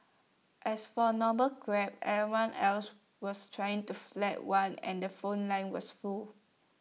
as for normal Crab everyone else was trying to flag one and the phone lines was full